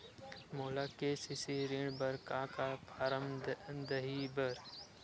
मोला के.सी.सी ऋण बर का का फारम दही बर?